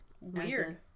Weird